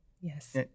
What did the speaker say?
Yes